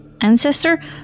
ancestor